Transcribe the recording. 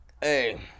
Hey